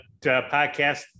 podcast